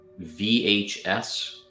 VHS